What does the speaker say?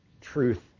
truth